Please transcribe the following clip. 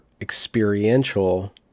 experiential